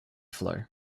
flow